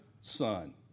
son